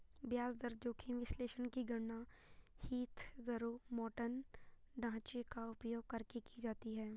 ब्याज दर जोखिम विश्लेषण की गणना हीथजारोमॉर्टन ढांचे का उपयोग करके की जाती है